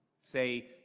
Say